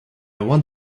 want